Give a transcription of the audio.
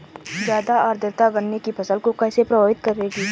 ज़्यादा आर्द्रता गन्ने की फसल को कैसे प्रभावित करेगी?